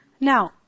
Now